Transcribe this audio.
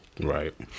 Right